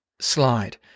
slide